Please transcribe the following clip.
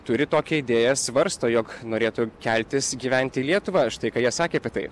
turi tokią idėją svarsto jog norėtų keltis gyventi į lietuvą štai ką jie sakė apie tai